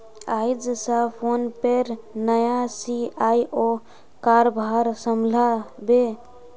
आइज स फोनपेर नया सी.ई.ओ कारभार संभला बे